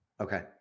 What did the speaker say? Okay